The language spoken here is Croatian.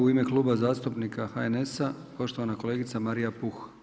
U Ime Kluba zastupnika HNS-a poštovana kolegica Marija Puh.